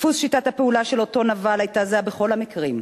דפוס שיטת הפעולה של אותו נבל היתה זהה בכל המקרים: